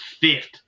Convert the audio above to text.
fifth